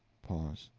pause.